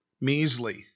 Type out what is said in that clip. Measly